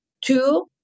Two